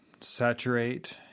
saturate